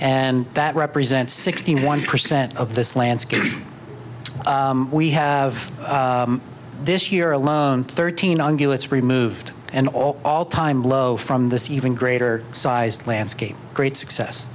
and that represents sixty one percent of this landscape we have this year alone thirteen ungulates removed and all all time low from this even greater sized landscape great success